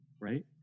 right